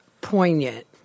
poignant